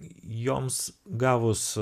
joms gavus